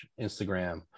Instagram